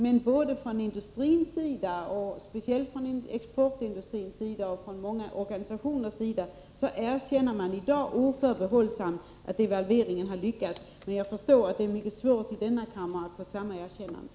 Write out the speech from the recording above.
Men både industrin — och då speciellt exportindustrin — och många organisationer erkänner i dag oförbehållsamt att devalveringen har lyckats. Men jag förstår att det är svårt att i denna kammare få samma erkännande.